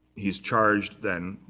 he's charged then.